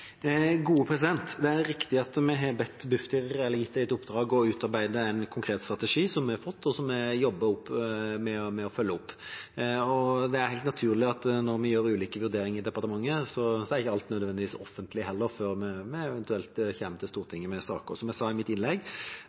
er riktig at vi har gitt Bufdir i oppdrag å utarbeide en konkret strategi, som vi har fått, og som vi jobber med å følge opp. Det er helt naturlig at når vi gjør ulike vurderinger i departementet, er ikke alt nødvendigvis offentlig før vi eventuelt kommer til Stortinget med en sak. Som jeg sa i mitt innlegg,